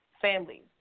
families